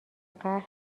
قهر